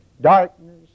darkness